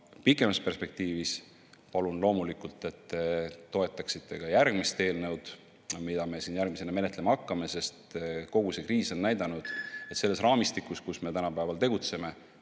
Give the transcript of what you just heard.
Pikemas perspektiivis palun loomulikult, et te toetaksite ka eelnõu, mida me siin järgmisena menetlema hakkame. Kogu see kriis on näidanud, et selles raamistikus, kus me tänapäeval tegutseme,